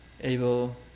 able